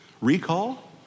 recall